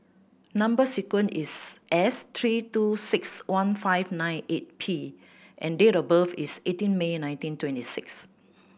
number sequence is S three two six one five nine eight P and date of birth is eighteen May nineteen twenty six